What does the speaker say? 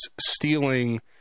stealing